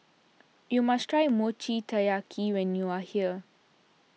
you must try Mochi Taiyaki when you are here